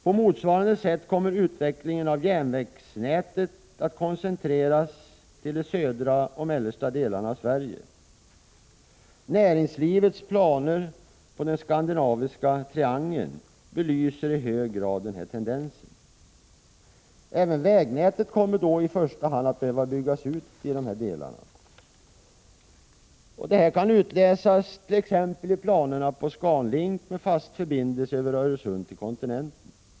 På motsvarande sätt kommer utvecklingen av järnvägsnätet att koncentreras till de södra och mellersta delarna av Sverige. Näringslivets planer på den skandinaviska triangeln belyser i hög grad denna tendens. Även vägnätet kommer då i första hand att behöva byggas ut i dessa delar. Detta kan utläsas t.ex. i planerna på Scan Link med fast förbindelse över Öresund och till kontinenten.